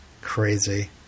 Crazy